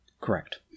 Correct